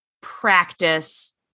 practice